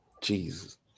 Jesus